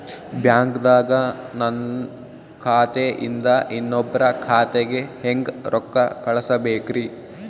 ಬ್ಯಾಂಕ್ದಾಗ ನನ್ ಖಾತೆ ಇಂದ ಇನ್ನೊಬ್ರ ಖಾತೆಗೆ ಹೆಂಗ್ ರೊಕ್ಕ ಕಳಸಬೇಕ್ರಿ?